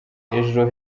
ejo